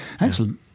excellent